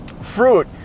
fruit